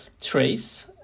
trace